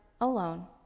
alone